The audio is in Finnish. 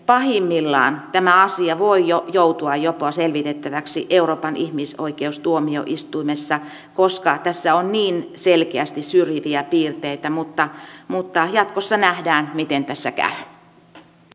pahimmillaan tämä asia voi joutua jopa selvitettäväksi euroopan ihmisoikeustuomioistuimessa koska tässä on niin selkeästi syrjiviä piirteitä mutta jatkossa nähdään miten tässä käy